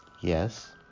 yes